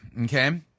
Okay